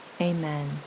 amen